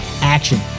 action